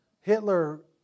Hitler